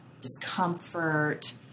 discomfort